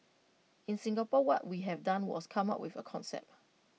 in Singapore what we have done was come up with A concept